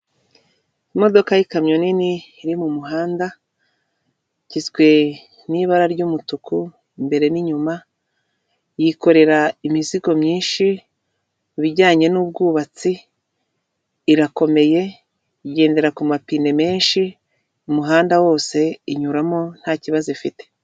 Imodoka y'ikamyo nini iri mu muhanda, igizwe n'ibara ry'umutuku imbere n'inyuma, yikorera imizigo myinshi, ibijyanye n'ubwubatsi, irakomeye, igendera ku mapine menshi, umuhanda wose inyuramo nta kibazo ifite.